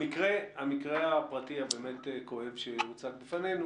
המקרה הפרטי הכואב באמת שהוצג בפנינו